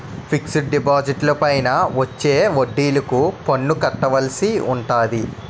fixed డిపాజిట్లపైన వచ్చే వడ్డిలకు పన్ను కట్టవలసి ఉంటాది